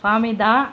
பாமிதா